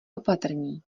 opatrní